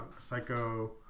psycho